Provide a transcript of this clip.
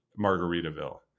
Margaritaville